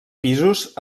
pisos